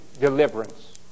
deliverance